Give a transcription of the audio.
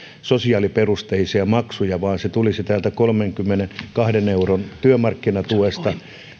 sosiaaliperusteisia maksuja vaan ne tulisivat kolmenkymmenenkahden euron työmarkkinatuesta